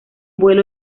vuelo